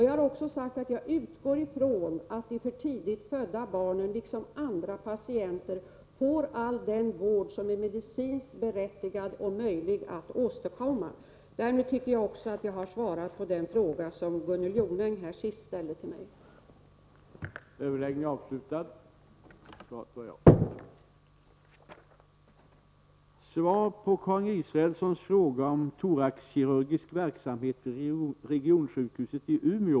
Jag har också sagt att jag utgår ifrån att de för tidigt födda barnen, liksom andra patienter, får all den vård som är medicinskt berättigad och som är möjlig att åstadkomma. Därmed tycker jag också att jag har svarat på den = Nr 156 fråga som Gunnel Jonäng sist ställde till mig.